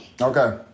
Okay